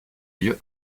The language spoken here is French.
lieux